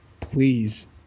please